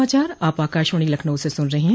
यह समाचार आप आकाशवाणी लखनऊ से सुन रहे हैं